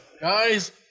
Guys